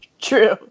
True